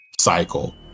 cycle